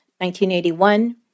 1981